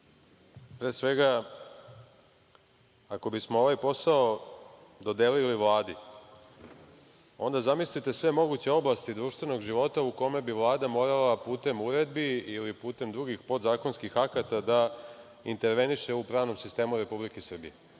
Pre svega, ako bismo ovaj posao dodelili Vladi, onda zamislite sve moguće oblasti društvenog života u kojima bi Vlada morala putem uredbi ili putem drugih podzakonskih akata da interveniše u pravnom sistemu Republike Srbije.